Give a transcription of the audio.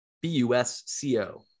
B-U-S-C-O